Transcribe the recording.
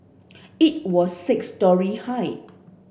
it was six storey high